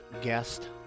guest